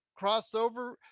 crossover